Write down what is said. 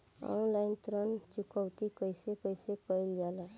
Online ऋण चुकौती कइसे कइसे कइल जाला?